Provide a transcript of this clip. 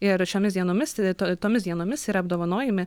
ir šiomis dienomis to tomis dienomis yra apdovanojami